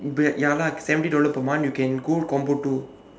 but ya lah seventy dollar per month you can go combo two